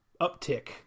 uptick